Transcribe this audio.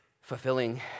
fulfilling